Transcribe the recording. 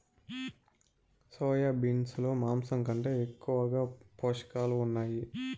soya beans లో మాంసం కంటే ఎక్కువగా పోషకాలు ఉన్నాయి